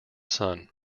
sun